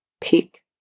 pick